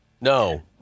No